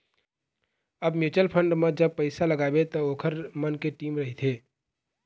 अब mutual fund म जब पइसा लगाबे त ओखर मन के टीम रहिथे